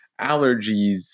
allergies